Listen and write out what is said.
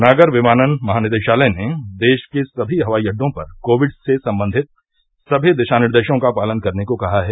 नागर विमानन महानिदेशालय ने देश के सभी हवाई अड्डों पर कोविड से संबंधित सभी दिशा निर्देशों का पालन करने को कहा है